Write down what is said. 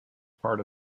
part